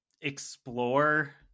explore